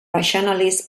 rationalist